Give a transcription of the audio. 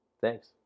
thanks